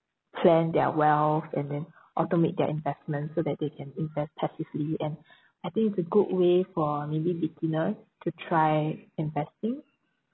plan their wealth and then automate their investments so that they can invest passively and I think it's a good way for maybe beginner to try investing